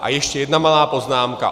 A ještě jedna malá poznámka.